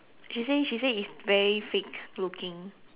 she say she say it's very fake looking